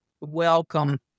welcome